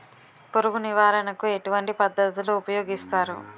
పురుగు నివారణ కు ఎటువంటి పద్ధతులు ఊపయోగిస్తారు?